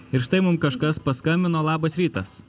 ir štai mum kažkas paskambino labas rytas